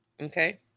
Okay